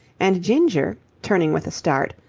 and ginger, turning with a start,